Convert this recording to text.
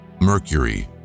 Mercury